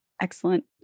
Excellent